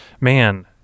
man